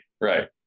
right